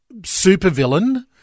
supervillain